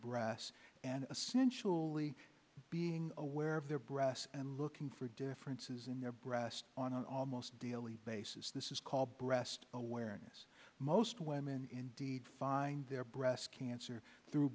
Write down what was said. breasts and sensually being aware of their breasts and looking for differences in their breasts on an almost daily basis this is called breast awareness most women indeed find their breast cancer through